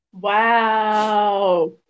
wow